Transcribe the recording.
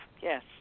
yes